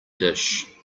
dish